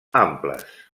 amples